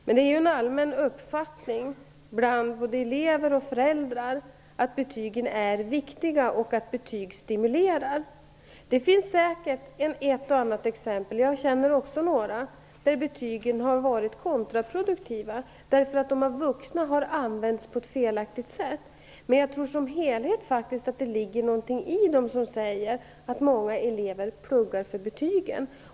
Men det är en allmän uppfattning bland både elever och föräldrar att betygen är viktiga och att betyg stimulerar. Det finns säkert ett och annat exempel, jag känner också några, där betygen har varit kontraproduktiva därför att de av vuxna har använts på ett felaktigt sätt. Men jag tror som helhet faktiskt att det ligger någonting i det som sägs, att många elever pluggar för betygen.